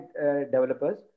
developers